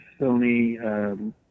Sony